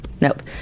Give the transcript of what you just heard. Nope